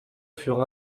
furent